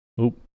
Oop